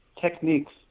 techniques